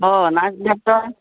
অঁ nurse doctor